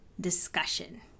discussion